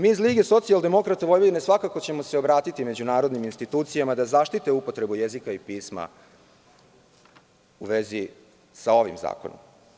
Mi iz LSV svakako ćemo se obratiti međunarodnim institucijama da zaštite upotrebu jezika i pisma u vezi ovog zakona.